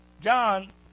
John